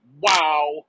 wow